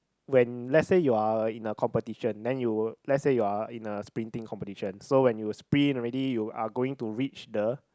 when let's say you're in a competition then you let's say you're in a sprinting competition so when you sprint already you are going to reach the